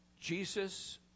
Jesus